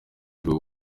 twe